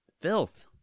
Filth